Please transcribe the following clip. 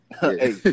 Hey